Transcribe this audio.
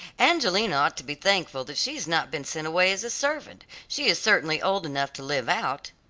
angelina ought to be thankful that she has not been sent away as a servant. she is certainly old enough to live out.